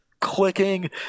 clicking